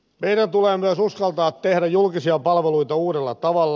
meidän tulee myös uskaltaa tehdä julkisia palveluita uudella tavalla